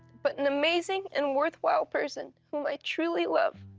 but an amazing and worthwhile person whom i truly love.